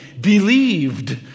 believed